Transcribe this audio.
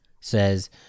says